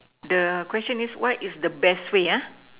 the question is what is the best way ah